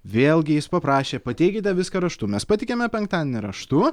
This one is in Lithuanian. vėlgi jis paprašė pateikite viską raštu mes pateikiame penktadienį raštu